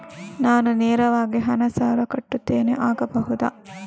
ನಾನು ನೇರವಾಗಿ ಹಣ ಸಾಲ ಕಟ್ಟುತ್ತೇನೆ ಆಗಬಹುದ?